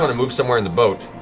sort of move somewhere in the boat.